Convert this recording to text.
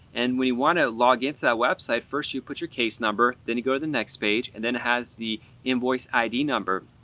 and you want to log into that website first, you put your case number, then you go to the next page, and then it has the invoice id number.